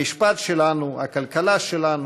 המשפט שלנו, הכלכלה שלנו,